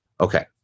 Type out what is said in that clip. Okay